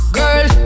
girl